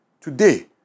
today